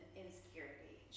insecurity